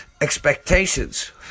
expectations